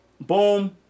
boom